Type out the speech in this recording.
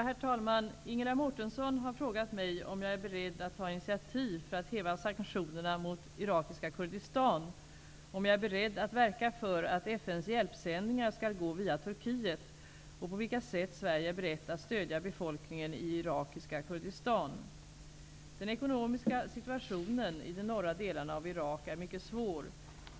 Herr talman! Ingela Mårtensson har frågat mig om jag är beredd att ta initiativ för att häva sanktionerna mot irakiska Kurdistan, om jag är beredd att verka för att FN:s hjälpsändningar skall gå via Turkiet och på vilka sätt Sverige är berett att stödja befolkningen i irakiska Kurdistan. Irak är mycket svår.